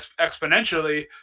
exponentially